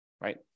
Right